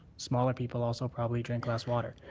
smaller people also probably drink less water.